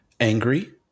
angry